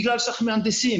בגלל שצריך מהנדסים,